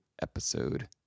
episode